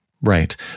Right